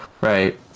Right